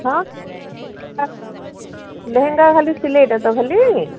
ହଁ ଲେହେଙ୍ଗା ଖାଲି ସିଲେଇଟା ତ ଖାଲି